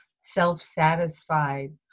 self-satisfied